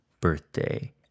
birthday